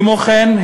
כמו כן,